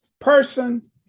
person